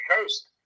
coast